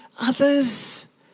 others